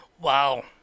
Wow